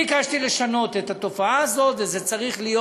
לשנות את התופעה הזאת, וזה צריך להיות.